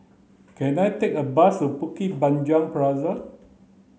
can I take a bus to Bukit Panjang Plaza